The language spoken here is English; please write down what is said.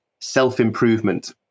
self-improvement